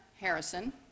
Harrison